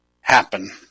happen